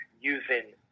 using